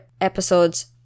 episodes